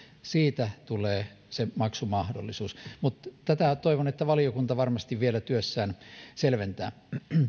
siitä tulee se maksumahdollisuus mutta toivon että valiokunta tätä varmasti vielä työssään selventää